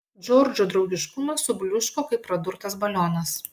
džordžo draugiškumas subliūško kaip pradurtas balionas